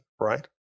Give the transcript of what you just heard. right